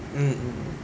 mm mm